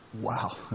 wow